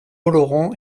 oloron